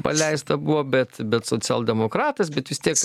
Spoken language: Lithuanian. paleista buvo bet bet socialdemokratas bet vis tiek